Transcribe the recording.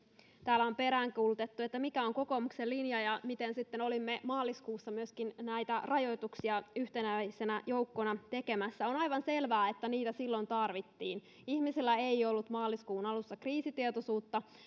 täällä on peräänkuulutettu mikä on kokoomuksen linja ja miten sitten olimme maaliskuussa myöskin näitä rajoituksia yhtenäisenä joukkona tekemässä on aivan selvää että niitä silloin tarvittiin ihmisillä ei ollut maaliskuun alussa kriisitietoisuutta